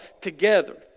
together